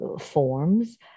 forms